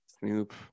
snoop